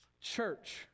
church